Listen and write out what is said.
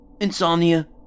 Insomnia